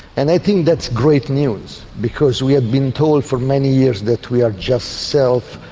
and i think that's great news, because we have been told for many years that we are just self,